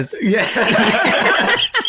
yes